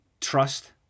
trust